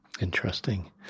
Interesting